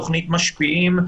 תוכנית משפיעים,